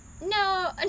No